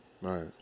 Right